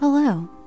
Hello